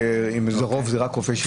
האם הרוב זה רופאי שיניים.